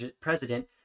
president